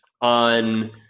on